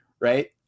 right